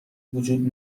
وجود